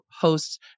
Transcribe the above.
hosts